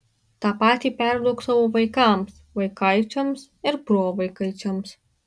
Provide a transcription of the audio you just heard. tą patį perduok savo vaikams vaikaičiams ir provaikaičiams